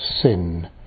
sin